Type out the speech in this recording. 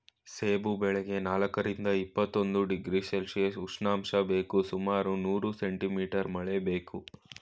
ಸೇಬು ಬೆಳೆಗೆ ನಾಲ್ಕರಿಂದ ಇಪ್ಪತ್ತೊಂದು ಡಿಗ್ರಿ ಸೆಲ್ಶಿಯಸ್ ಉಷ್ಣಾಂಶ ಬೇಕು ಸುಮಾರು ನೂರು ಸೆಂಟಿ ಮೀಟರ್ ಮಳೆ ಬೇಕು